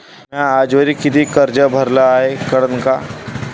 म्या आजवरी कितीक कर्ज भरलं हाय कळन का?